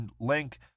link